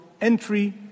entry